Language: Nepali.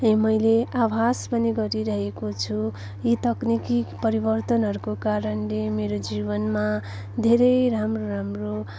हे मैले आभास पनि गरिरहेको छु यी तकनिकी परिवर्तनहरूको कारणले मेरो जीवनमा धेरै राम्रो राम्रो